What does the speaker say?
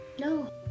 No